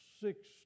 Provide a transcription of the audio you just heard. six